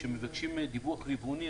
כשמבקשים דיווח רבעוני,